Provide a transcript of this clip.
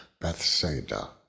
Bethsaida